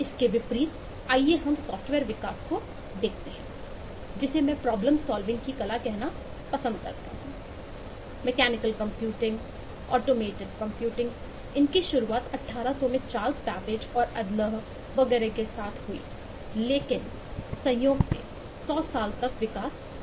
इसके विपरीत आइए हम सॉफ्टवेयर विकास को देखते हैं जिसे मैं प्रॉब्लम सॉल्विंग की शुरुआत 1800 में चार्ल्स बैबेज और अदलह वगैरह के साथ हुईलेकिन संयोग से सौ साल तक विकास नहीं हुआ बाद में